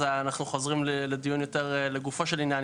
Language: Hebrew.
אז אנחנו חוזרים לדיון יותר לגופו של עניין,